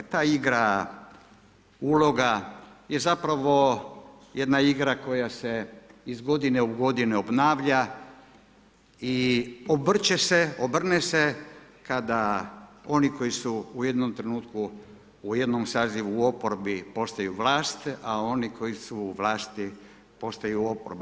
Ta igra uloga je zapravo jedna igra koja se iz godine u godinu obnavlja i obrće se, obrne se kada oni koji su u jednom trenutku, u jednom sazivu u oporbi postaju vlast a oni koji su u vlasti postaju oporba.